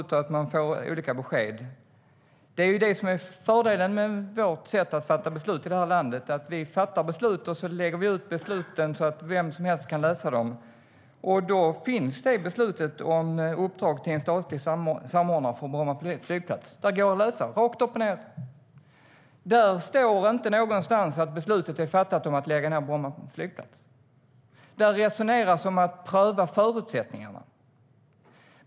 Man anser att man får olika besked. Men det är det som är fördelen med vårt sätt att fatta beslut i det här landet: Vi fattar beslut, och så lägger vi ut besluten så att vem som helst kan läsa dem. Då finns det beslutet om uppdrag till en statlig samordnare för Bromma flygplats. Det går att läsa, rakt upp och ned. Där står inte någonstans att beslutet är fattat om att lägga ned Bromma flygplats. Där resoneras om att pröva förutsättningarna.